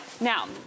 Now